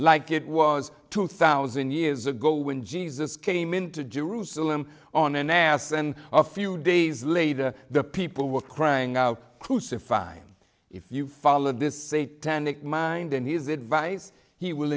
like it was two thousand years ago when jesus came into jerusalem on an ass and a few days later the people were crying out crucify him if you follow this say tannic mind and his advice he will